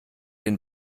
den